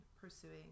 pursuing